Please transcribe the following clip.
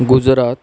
Gujarat